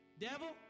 Devil